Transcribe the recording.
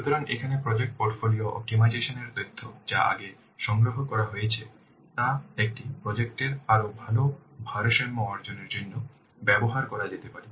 সুতরাং এখানে project portfolio optimisation এর তথ্য যা আগে সংগ্রহ করা হয়েছিল তা একটি প্রজেক্ট এর আরও ভাল ভারসাম্য অর্জনের জন্য ব্যবহার করা যেতে পারে